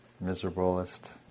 miserablest